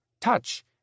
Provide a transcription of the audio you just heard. touch